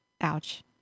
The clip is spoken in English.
ouch